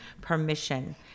permission